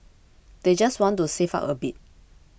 they just want to save up a bit